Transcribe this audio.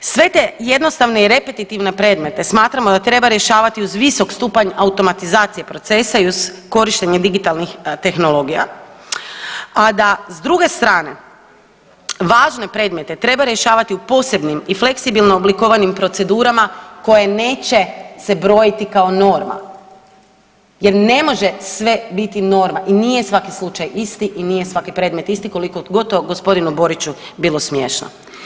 Sve te jednostavne i repetitivne predmete smatramo da treba rješavati uz visok stupanj automatizacije procesa i uz korištenje digitalnih tehnologija, a da s druge strane važne predmete treba rješavati u posebnim i fleksibilno oblikovanim procedurama koje neće se brojiti kao norma jer ne može sve biti norma i nije svaki slučaj isti i nije svaki predmet isti koliko god to g. Boriću bilo smiješno.